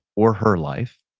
or her life